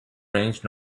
ranged